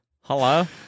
Hello